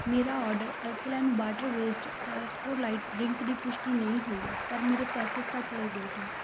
ਮੇਰਾ ਆਰਡਰ ਅਲਕਾਇਨ water based electrolyte drink ਦੀ ਪੁਸ਼ਟੀ ਨਹੀਂ ਹੋਈ ਹੈ ਪਰ ਮੇਰੇ ਪੈਸੇ ਕੱਟ ਲਏ ਗਏ ਹਨ